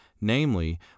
Namely